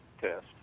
test